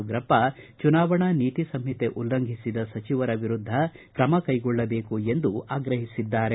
ಉಗ್ರಪ್ಪ ಚುನಾವಣಾ ನೀತಿ ಸಂಹಿತೆ ಉಲ್ಲಂಘಿಸಿದ ಸಚಿವರ ವಿರುದ್ಧ ತ್ರಮಕೈಗೊಳ್ಳಬೇಕು ಎಂದು ಆಗ್ರಹಿಸಿದ್ದಾರೆ